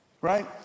Right